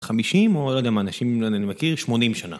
חמישים או, אני לא יודע מה אנשים... אני מכיר, שמונים שנה.